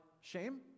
shame